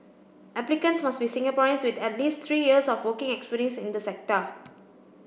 applicants must be Singaporeans with at least three years of working experience in the sector